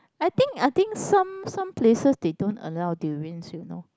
I think I think some some places they don't allow durians you know